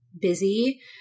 busy